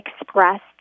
expressed